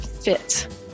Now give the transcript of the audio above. fit